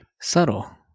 Subtle